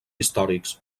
històrics